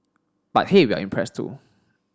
but hey we're impressed too